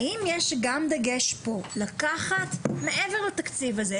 האם יש גם דגש פה לקחת מעבר לתקציב הזה,